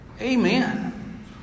Amen